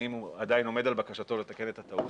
האם הוא עדיין עומד על בקשתו לתקן את הטעות